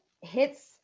hits